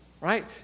right